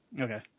Okay